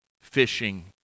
fishing